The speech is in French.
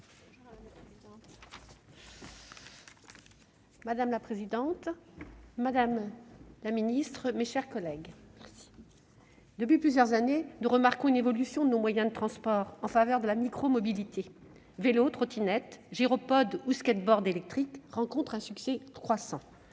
Madame la présidente, madame la ministre, mes chers collègues, depuis plusieurs années, nous remarquons une évolution de nos moyens de transport en faveur de la micromobilité : vélos, trottinettes, gyropodes ou skateboards électriques rencontrent un succès croissant.